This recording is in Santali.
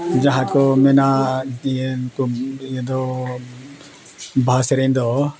ᱡᱟᱦᱟᱸ ᱠᱚ ᱢᱮᱱᱟ ᱤᱭᱟᱹ ᱠᱚ ᱤᱭᱟᱹ ᱫᱚ ᱵᱟᱦᱟ ᱥᱮᱨᱮᱧ ᱫᱚ